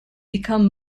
become